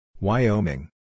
Wyoming